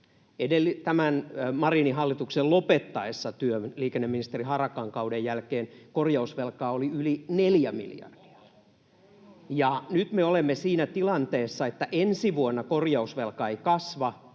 Tämän Marinin hallituksen lopettaessa työn liikenneministeri Harakan kauden jälkeen korjausvelkaa oli yli 4 miljardia. [Perussuomalaisten ryhmästä: Oho!] Ja nyt me olemme siinä tilanteessa, että ensi vuonna korjausvelka ei kasva,